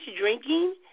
drinking